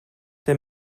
der